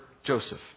Joseph